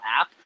app